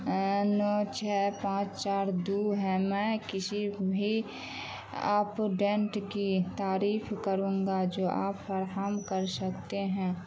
N چھ پانچ چار دو ہے میں کسی بھی اپ ڈینٹ کی تعریف کروں گا جو آپ فراہم کر سکتے ہیں